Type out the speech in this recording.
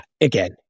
Again